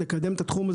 לקדם את התחום הזה,